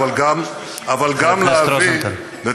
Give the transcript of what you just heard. אנחנו עדיין במקום